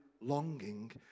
longing